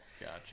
gotcha